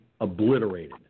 obliterated